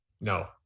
No